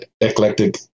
eclectic